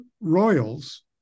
royals